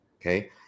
Okay